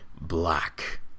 black